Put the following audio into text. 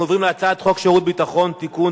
אנחנו עוברים להצעת חוק שירות ביטחון (תיקון,